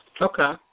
Okay